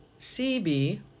C-B